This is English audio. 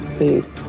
Please